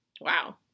Wow